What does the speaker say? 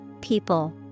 people